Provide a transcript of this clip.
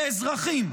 כאזרחים,